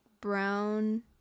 brown